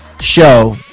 show